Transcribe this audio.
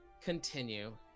continue